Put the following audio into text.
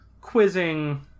quizzing